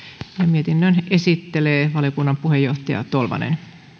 mietinnön esittelee valiokunnan puheenjohtaja tolvanen